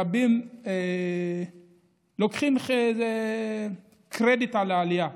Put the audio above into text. רבים לוקחים קרדיט על העלייה.